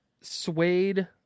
suede